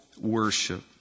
worship